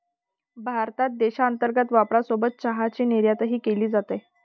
भारतात देशांतर्गत वापरासोबत चहाची निर्यातही केली जाते